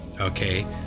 okay